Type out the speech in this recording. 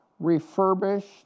refurbished